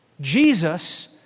Jesus